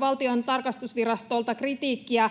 Valtion tarkastusvirastolta kritiikkiä